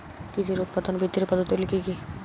কৃষির উৎপাদন বৃদ্ধির পদ্ধতিগুলি কী কী?